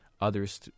others